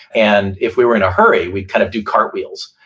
and if we were in a hurry, we'd kind of do cartwheels,